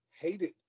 hated